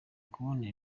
kubona